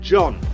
John